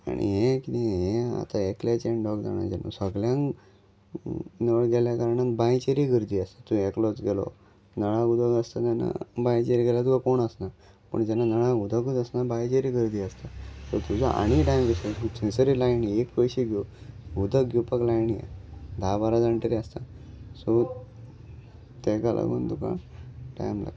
आनी हें कितें हें आतां एकल्याचें आनी दोग जाणांचें न्हू सगळ्यांक नळ गेल्या कारणान बांयचेरय गर्दी आसता तूं एकलोच गेलो नळा उदक आसता तेन्ना बांयचेर गेल्या तुका कोण आसना पूण जेन्ना नळा उदकूच आसना बांयचेर गर्दी आसता सो तुजो आनीकय टायम दि थंयसरी लायनी एक पयशे घेवन उदक घेवपाक लायन धा बारा जाण तरी आसता सो तेका लागून तुका टायम लागता